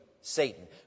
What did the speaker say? Satan